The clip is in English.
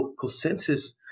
consensus